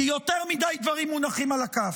כי יותר מדי דברים מונחים על הכף,